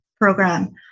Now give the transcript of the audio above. program